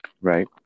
Right